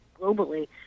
globally